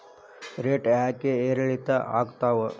Rate ಯಾಕೆ ಏರಿಳಿತ ಆಗ್ತಾವ?